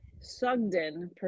Sugden